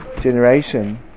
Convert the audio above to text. generation